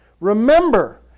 Remember